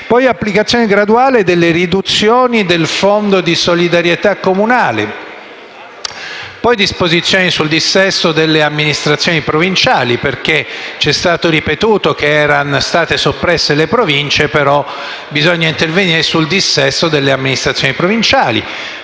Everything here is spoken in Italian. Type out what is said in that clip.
poi l'applicazione graduale delle riduzioni del Fondo di solidarietà comunale e le disposizioni sul dissesto delle amministrazioni provinciali, perché c'è stato ripetuto che erano state soppresse le Province, ma poi bisogna intervenire sul dissesto delle amministrazioni provinciali.